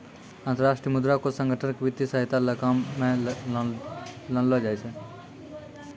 अन्तर्राष्ट्रीय मुद्रा कोष संगठन क वित्तीय सहायता ल काम म लानलो जाय छै